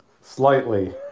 Slightly